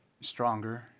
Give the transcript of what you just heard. stronger